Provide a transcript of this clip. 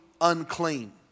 unclean